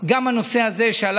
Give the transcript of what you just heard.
66 נגד.